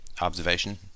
observation